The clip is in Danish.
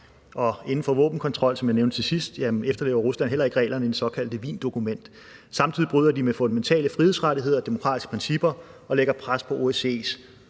og inden for våbenkontrol, som jeg nævnte til sidst, efterlever Rusland heller ikke reglerne i det såkaldte Wiendokument. Samtidig bryder de med fundamentale frihedsrettigheder og demokratiske principper og lægger pres på OSCE's